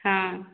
ହଁ